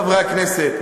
חברי הכנסת,